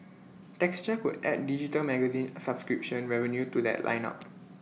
texture could add digital magazine subscription revenue to that lineup